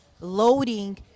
loading